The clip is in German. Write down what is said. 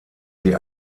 sie